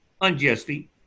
unjustly